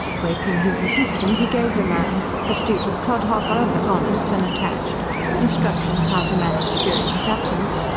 waking his assistant, he gave the man a stupid clodhopper, but honest and attached instructions how to manage during his absence,